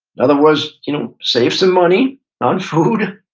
another was you know save some money on food.